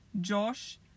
Josh